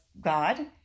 God